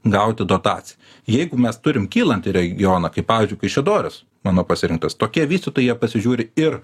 gauti dotaciją jeigu mes turim kylantį regioną kaip pavyzdžiui kaišiadorys mano pasirinktas tokie vystytojai jie pasižiūri ir